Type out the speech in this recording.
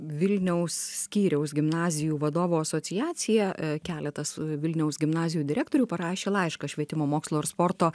vilniaus skyriaus gimnazijų vadovų asociacija keletas vilniaus gimnazijų direktorių parašė laišką švietimo mokslo ir sporto